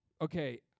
okay